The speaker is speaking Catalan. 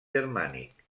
germànic